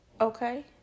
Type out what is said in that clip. Okay